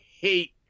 hate